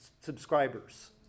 subscribers